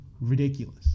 Ridiculous